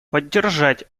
поддержать